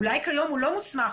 אולי כיום הוא לא מוסמך,